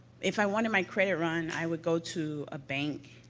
if i wanted my credit run, i would go to a bank.